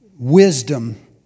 wisdom